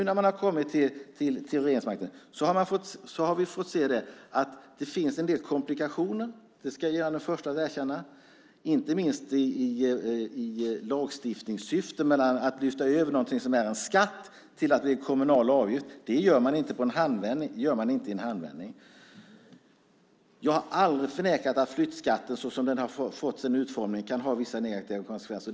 När vi nu har kommit till regeringsmakten har vi fått se att det finns en del komplikationer - det är jag den förste att erkänna - inte minst i lagstiftningssyfte med att lyfta över någonting som är en skatt till att bli en kommunal avgift. Det gör man inte i en handvändning. Jag har aldrig förnekat att flyttskatten med den utformning som den har fått kan ha vissa negativa konsekvenser.